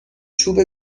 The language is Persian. چوب